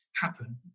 happen